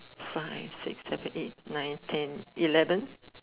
five six seven eight nine ten eleven